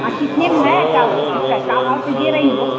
हाँ कितने में है का भाव से दे रही हो